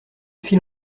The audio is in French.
fil